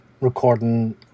recording